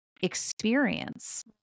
experience